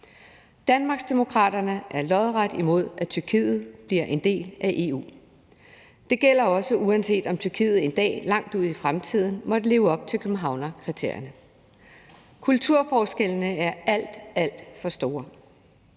Danmarksdemokraterne er lodret imod, at Tyrkiet bliver en del af EU. Det gælder også, uanset om Tyrkiet en dag langt ude i fremtiden måtte leve op til Københavnskriterierne. Kulturforskellene er alt, alt for store.